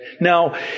Now